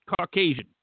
caucasian